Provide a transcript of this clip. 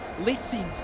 Listen